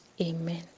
Amen